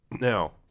Now